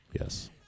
Yes